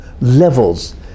levels